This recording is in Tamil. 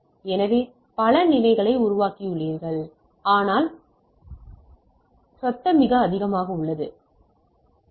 எனவே பல நிலைகளை உருவாக்கியுள்ளீர்கள் ஆனால் சத்தம் மிக அதிகமாக உள்ளது எஸ்